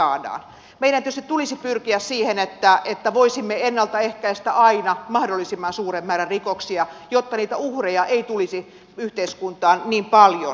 meidän tietysti tulisi pyrkiä siihen että voisimme ennalta ehkäistä aina mahdollisimman suuren määrän rikoksia jotta niitä uhreja ei tulisi yhteiskuntaan niin paljon